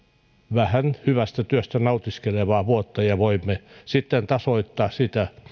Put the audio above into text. vähän hyvästä työstä nautiskelevaa vuotta jolloin voimme sitten tasoittaa sitä